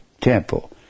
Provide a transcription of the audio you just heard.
temple